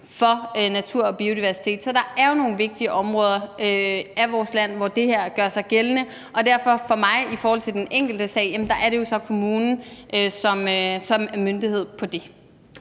for natur- og biodiversitet. Så der er jo nogle vigtige områder af vores land, hvor det her gør sig gældende, og derfor er det for mig i forhold til den enkelte sag så kommunen, som er myndighed på det.